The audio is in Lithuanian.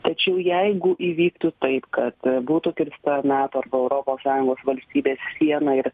tačiau jeigu įvyktų taip kad būtų kirsta nato arba europos sąjungos valstybės siena ir